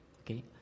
Okay